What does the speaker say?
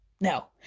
no